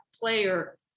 player